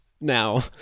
Now